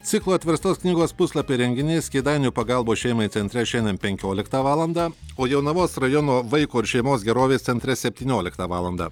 ciklo atverstos knygos puslapiai renginys kėdainių pagalbos šeimai centre šiandien penkioliktą valandą o jonavos rajono vaiko ir šeimos gerovės centre septynioliktą valandą